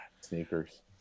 sneakers